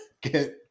get